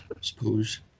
Suppose